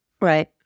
Right